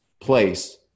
place